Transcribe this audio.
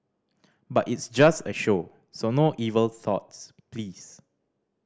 but it's just a show so no evil thoughts please